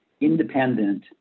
independent